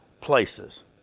places